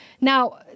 now